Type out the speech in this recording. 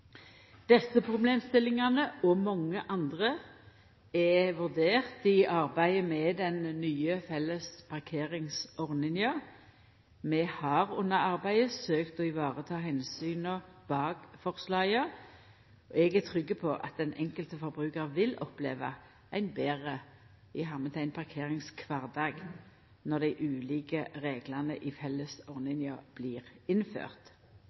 Desse problemstillingane og mange andre er vurderte i arbeidet med den nye felles parkeringsordninga. Vi har under arbeidet søkt å vareta omsyna bak forslaga. Eg er trygg på at den enkelte forbrukaren vil oppleva ein betre «parkeringskvardag» når dei ulike reglane i fellesordninga blir